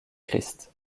christ